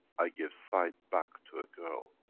i gave sight back to a girl,